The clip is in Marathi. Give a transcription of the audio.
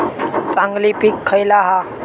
चांगली पीक खयला हा?